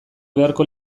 beharko